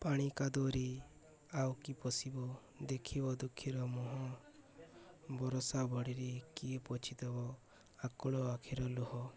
ପାଣି କାଦୁଅରେ ଆଉ କି ପୋଷିବ ଦେଖିବ ଦୁଃଖୀର ମୁହଁ ବରଷା ବଡ଼ିରେ କିଏ ପୋଛିିଦବ ଆକୁଳ ଆଖିର ଲୁହ